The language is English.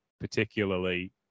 particularly